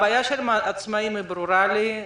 הבעיה של העצמאיים ברורה לי.